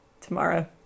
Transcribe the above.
tomorrow